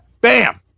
Bam